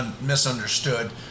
misunderstood